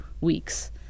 weeks